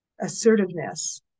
assertiveness